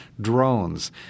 drones